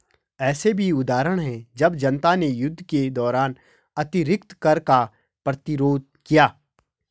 ऐसे भी उदाहरण हैं जब जनता ने युद्ध के दौरान अतिरिक्त कर का प्रतिरोध किया